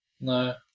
No